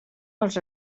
els